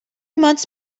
months